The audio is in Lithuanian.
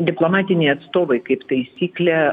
diplomatiniai atstovai kaip taisyklė